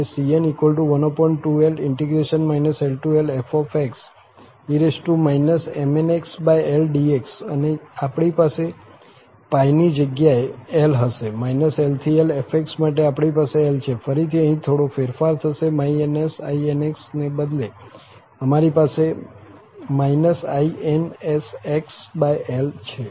અને cn12L∫ LL fe mnxLdx અને આપણી પાસે π ની જગ્યાએ L હશે L થી Lf માટે આપણી પાસે L છે ફરીથી અહીં થોડો ફેરફાર થશે inx ને બદલે અમારી પાસે insxL છે